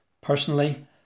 Personally